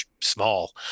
small